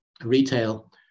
retail